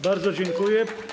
Bardzo dziękuję.